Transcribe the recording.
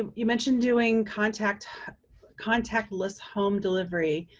um you mentioned doing contactless contactless home delivery,